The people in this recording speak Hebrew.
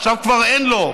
עכשיו כבר אין לו.